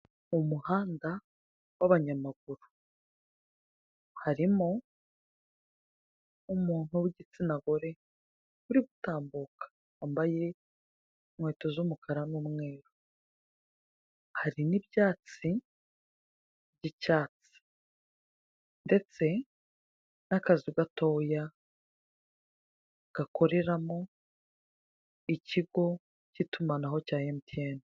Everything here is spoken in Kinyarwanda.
Mu muhanda w'abanyamaguru harimo umuntu w'igitsina gore uri gutambuka wambaye inkweto z'umukara n'umweru, hari n'ibyatsi by'icyatsi ndetse n'akazu gatoya gakoreramo ikigo cy'itumanaho cya Emutiyeni.